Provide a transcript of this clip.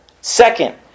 Second